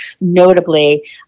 notably